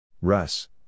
Russ